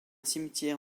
cimetière